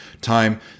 time